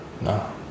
No